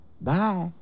Bye